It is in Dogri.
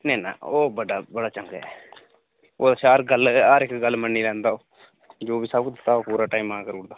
ना नेईं ओह् बड्डा बड़ा चंगा ऐ ओह् शैल हर गल्ल मन्नी लैंदा जो बी दस्सो टैमां दा करी ओड़दा